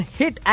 hit